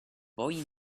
boy